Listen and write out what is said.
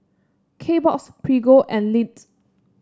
Kbox Prego and Lindt